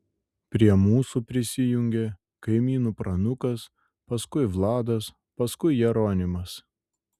prie mūsų prisijungė kaimynų pranukas paskui vladas paskui jeronimas